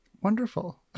Wonderful